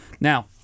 Now